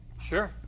Sure